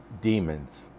demons